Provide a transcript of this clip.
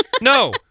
No